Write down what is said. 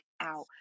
out